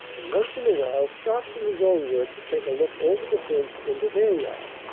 and once in a while stops in his own work to take a look over the fence into their yard.